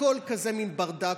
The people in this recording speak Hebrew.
הכול כזה מין ברדק.